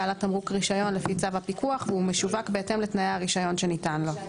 לתמרוק רשיון לפי צו הפיקוח והוא משווק בהתאם לתנאי הרשיון שניתן לו.